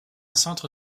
centre